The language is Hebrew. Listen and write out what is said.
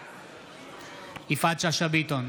בעד יפעת שאשא ביטון,